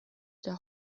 der